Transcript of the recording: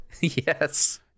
yes